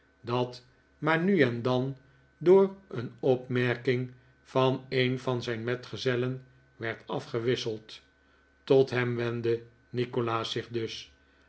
dat maar nu en dan door een opmerking van een van zijn metgezellen werd afgewisseld tot hem wendde nikolaas zich dus